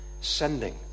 Sending